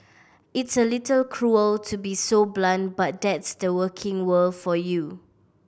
it's a little cruel to be so blunt but that's the working world for you